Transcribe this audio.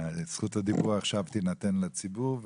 זכות הדיבור תינתן עכשיו לציבור,